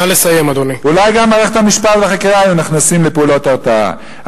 אולי גם מערכת המשפט והחקירה היו נכנסות לפעולות הרתעה.